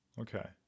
Okay